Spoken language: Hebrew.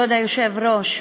כבוד היושב-ראש,